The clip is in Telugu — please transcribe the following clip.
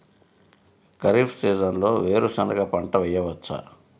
ఖరీఫ్ సీజన్లో వేరు శెనగ పంట వేయచ్చా?